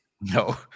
No